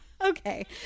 Okay